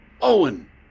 Owen